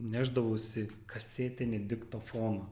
nešdavausi kasetinį diktofoną